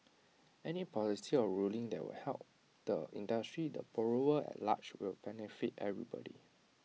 any policy or ruling that will help the industry the borrower at large will benefit everybody